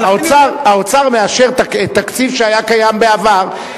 האוצר מאשר תקציב שהיה קיים בעבר,